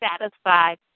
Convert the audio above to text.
satisfied